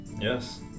Yes